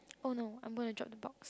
oh no I am going to drop the box